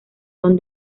don